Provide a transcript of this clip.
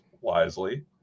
wisely